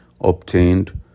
obtained